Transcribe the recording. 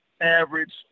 average